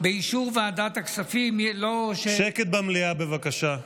באישור ועדת הכספים, שקט במליאה, בבקשה.